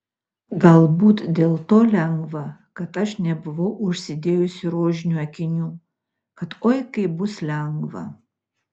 galbūt dėl to lengva kad aš nebuvau užsidėjusi rožinių akinių kad oi kaip bus lengva